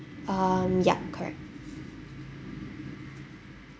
um ya correct